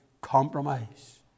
compromise